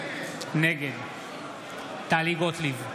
נגד טלי גוטליב,